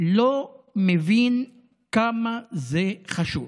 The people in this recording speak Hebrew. לא מבין כמה זה חשוב.